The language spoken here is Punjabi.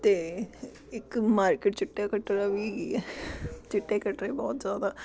ਅਤੇ ਇੱਕ ਮਾਰਕੀਟ ਚਿੱਟਾ ਕੱਟੜਾ ਵੀ ਹੈਗੀ ਹੈ ਚਿੱਟੇ ਕੱਟੜੇ ਬਹੁਤ ਜ਼ਿਆਦਾ